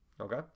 Okay